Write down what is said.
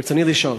ברצוני לשאול: